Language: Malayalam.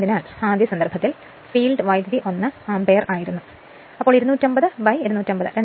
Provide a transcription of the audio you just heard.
അതിനാൽ ആദ്യ സന്ദർഭത്തിൽ ഫീൽഡ് കറന്റ് 1 ആമ്പിയർ ആയിരുന്നു അതായത് 250 250